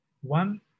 One